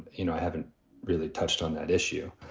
you know, i haven't really touched on that issue,